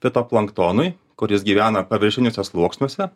fitoplanktonui kuris gyvena paviršiniuose sluoksniuose